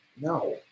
no